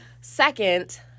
second